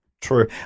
True